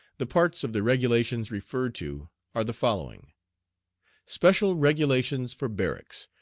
the parts of the regulations referred to are the following special regulations for barracks.